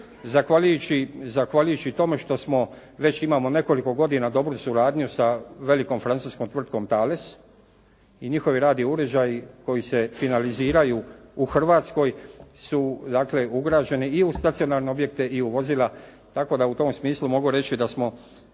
zahvaljujući tome što smo, već imamo nekoliko godina dobru suradnju sa velikom francuskom tvrtkom “Tales“ i njihovi radio uređaji koji se finaliziraju u Hrvatskoj su dakle ugrađeni i u stacionarne objekte i u vozila,